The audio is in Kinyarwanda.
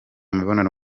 mibonano